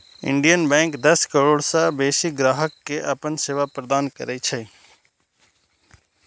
Indian bank दस करोड़ सं बेसी ग्राहक कें अपन सेवा प्रदान करै छै